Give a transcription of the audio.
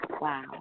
Wow